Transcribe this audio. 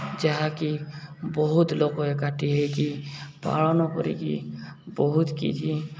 ଯାହାକି ବହୁତ ଲୋକ ଏକାଠି ହୋଇକି ପାଳନ କରିକି ବହୁତ କିଛି